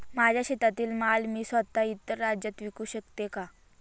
माझ्या शेतातील माल मी स्वत: इतर राज्यात विकू शकते का?